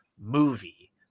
movie